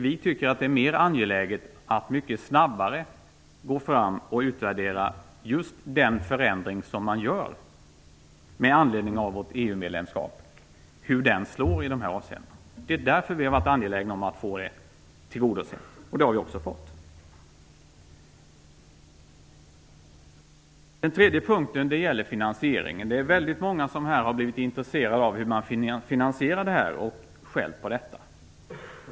Vi tycker att det är mera angeläget att mycket snabbare gå fram och utvärdera just den förändring som man gör med anledning av hur vårt EU-medlemskap slår i dessa avseenden. Därför har vi varit angelägna om att få det här tillgodosett, och det har vi också fått. Ytterligare en punkt gäller finansieringen. Det är väldigt många som här har blivit intresserade av hur man finansierar det här och skällt på detta.